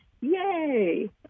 Yay